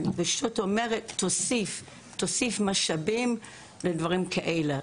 אני פשוט אומרת: תוסיף משאבים לדברים כאלה.